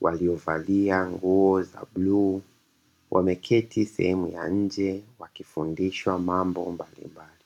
waliovalia nguo za bluu. Wameketi sehemu ya nje wakifundishwa mambo mbalimbali.